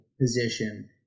position